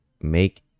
Make